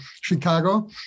Chicago